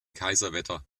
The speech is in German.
kaiserwetter